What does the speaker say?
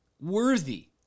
worthy